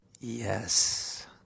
Yes